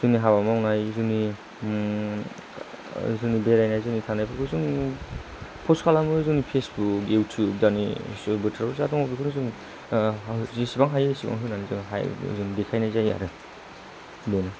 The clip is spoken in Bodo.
जोंनि हाबा मावनाय जोंनि जोंनि बेरायनाय जोंनि थानायफोरखौ जों पष्ट खालामो जोंनि फेसबुक इउतिउब दानि जा बोथोराव जा दङ बेफोरखौ जोङो जेसेबां हायो एसेबां होनानै जोङो हाय देखायनाय जायो आरो बेनो